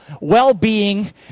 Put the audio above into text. well-being